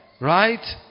right